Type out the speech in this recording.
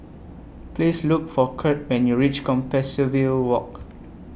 Please Look For Curt when YOU REACH Compassvale Walk